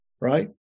right